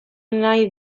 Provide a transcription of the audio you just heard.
nahi